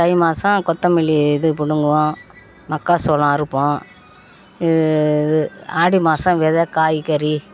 தை மாசம் கொத்தமல்லி இது பிடுங்குவோம் மக்கா சோளம் அறுப்போம் இது இது ஆடி மாசம் வெதை காய்கறி